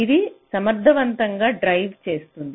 ఇది సమర్థవంతంగా డ్రైవ్ చేస్తుంది